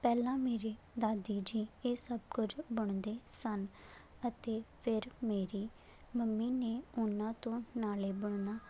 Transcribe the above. ਪਹਿਲਾਂ ਮੇਰੇ ਦਾਦੀ ਜੀ ਇਹ ਸਭ ਕੁਝ ਬੁਣਦੇ ਸਨ ਅਤੇ ਫਿਰ ਮੇਰੀ ਮੰਮੀ ਨੇ ਉਹਨਾਂ ਤੋਂ ਨਾਲੇ ਬੁਣਨਾ